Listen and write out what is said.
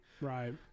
Right